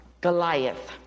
Goliath